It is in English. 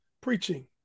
preaching